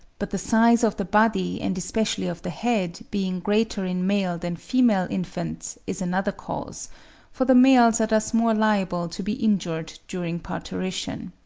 but the size of the body, and especially of the head, being greater in male than female infants is another cause for the males are thus more liable to be injured during parturition.